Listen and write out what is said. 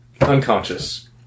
unconscious